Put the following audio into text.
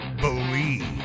Believe